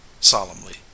solemnly